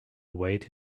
await